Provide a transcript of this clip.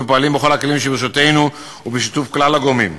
ופועלים בכל הכלים שברשותנו ובשיתוף כלל הגורמים.